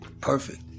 perfect